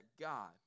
God